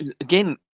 again